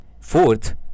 Fourth